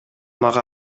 мага